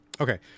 Okay